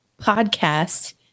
podcast